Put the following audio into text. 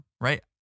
right